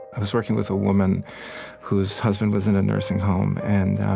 i was working with a woman whose husband was in a nursing home. and